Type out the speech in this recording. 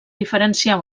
diferenciar